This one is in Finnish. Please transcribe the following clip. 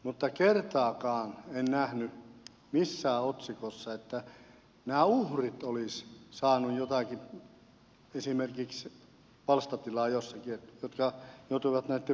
mutta kertaakaan en nähnyt missään otsikossa että nämä uhrit olisivat saaneet esimerkiksi palstatilaa jossakin ne jotka joutuivat näitten pahoinpitelyitten uhreiksi